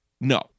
No